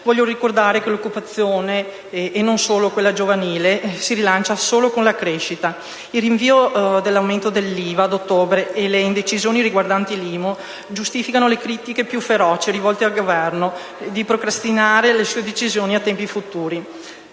Voglio ricordare che l'occupazione, e non solo quella giovanile, si rilancia solo con la crescita. Il rinvio dell'aumento dell'IVA ad ottobre e le indecisioni riguardo all'IMU giustificano le critiche più feroci rivolte al Governo di procrastinare le sue decisioni a tempi futuri.